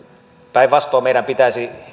päinvastoin meidän pitäisi